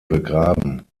begraben